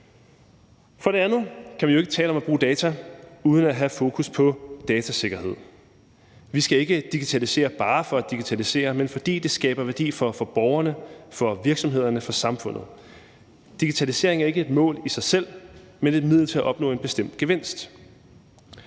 For det andet kan vi jo ikke tale om at bruge data uden at have et fokus på datasikkerhed. Vi skal ikke digitalisere bare for at digitalisere, men fordi det skaber værdi for borgerne, for virksomhederne og for samfundet. Digitalisering er ikke et mål i sig selv, men et middel til at opnå en bestemt gevinst.